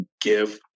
give